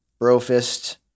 Brofist